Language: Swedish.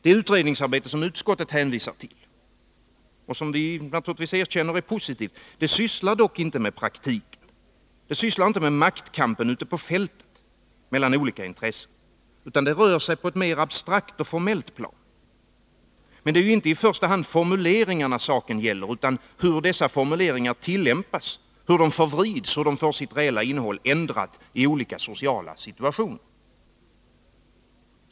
Det utredningsarbete utskottet hänvisar till, och som vi naturligtvis erkänner är positivt, sysslar dock inte med praktiken, med maktkampen ute på fältet mellan olika intressen, utan det rör sig på ett mer formellt och abstrakt plan. Men det är ju inte i första hand formuleringarna saken gäller, utan hur dessa formuleringar tillämpas, förvrids och får sitt reella innehåll ändrat i olika sociala situationer.